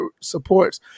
supports